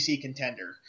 contender